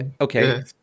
okay